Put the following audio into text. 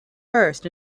first